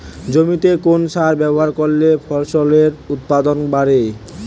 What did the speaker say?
জমিতে কোন সার ব্যবহার করলে ফসলের উৎপাদন বাড়ে?